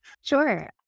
Sure